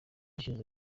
ishize